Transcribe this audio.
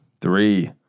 three